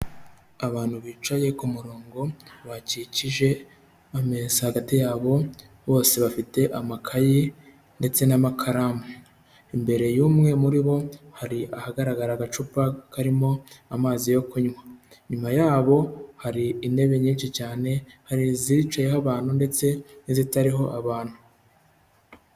Abantu bicaye ku murongo bakikije ba ameza hagati yabo bose bafite amakaye ndetse n'amakaramu, imbere y'umwe muri bo hari ahagaragara agacupa karimo amazi yo kunywa, inyuma yabo hari intebe nyinshi cyane hari izicayeho abantu ndetse n'izitariho abantu.